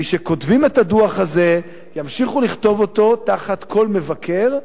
מי שכותבים את הדוח הזה ימשיכו לכתוב אותו תחת כל מבקר,